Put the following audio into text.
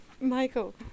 Michael